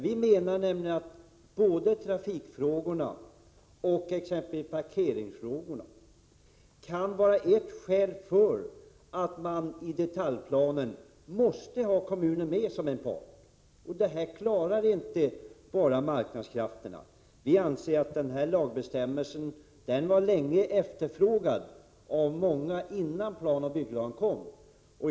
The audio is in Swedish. Vi menar att både trafikfrågorna och exempelvis parkeringsfrågorna kan vara ett skäl till att man måste ha kommunen med som en part när det gäller detaljplanen. Det klarar inte marknadskrafterna ensamma. Den lagbestämmelsen var efterfrågad av många innan planoch bygglagen kom.